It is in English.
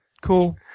Cool